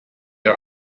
are